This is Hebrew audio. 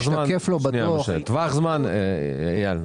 אייל,